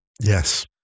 Yes